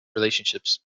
relationships